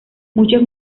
muchos